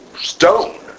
stone